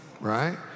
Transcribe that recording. right